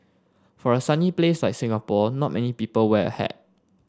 for a sunny place like Singapore not many people wear a hat